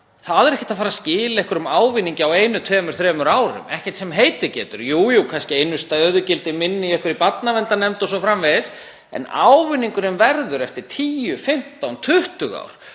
dag er ekki að fara að skila einhverjum ávinningi á einu, tveimur, þremur árum, ekkert sem heitið getur. Jú, jú, kannski einu stöðugildi minna í einhverri barnaverndarnefnd o.s.frv., en ávinningurinn verður eftir 10, 15, 20 ár.